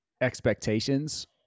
expectations